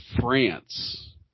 France